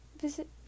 visit